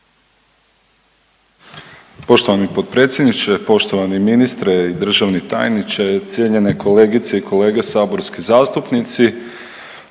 Poštovani potpredsjedniče, poštovani državni tajniče, kolegice i kolege zastupnici.